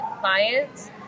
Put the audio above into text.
clients